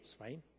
right